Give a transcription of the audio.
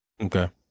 Okay